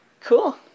Cool